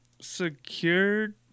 secured